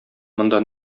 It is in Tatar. монда